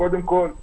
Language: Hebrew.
קודם כל,